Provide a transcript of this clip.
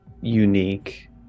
unique